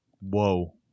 whoa